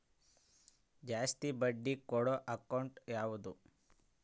ಜಾಸ್ತಿ ಬಡ್ಡಿ ಕೊಡೋ ಅಕೌಂಟ್ ಯಾವುದು?